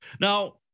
Now